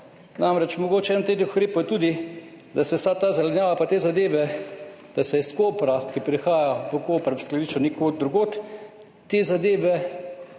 Namreč, mogoče eden od treh ukrepov je tudi, da se vsa ta zelenjava pa te zadeve, da se iz Kopra, ki prihaja v Koper v skladišče od nekod drugod, te zadeve